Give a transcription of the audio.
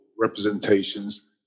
representations